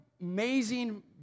amazing